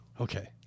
Okay